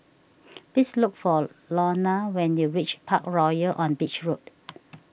please look for Lorna when you reach Parkroyal on Beach Road